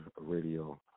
radio